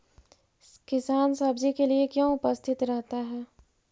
किसान सब्जी के लिए क्यों उपस्थित रहता है?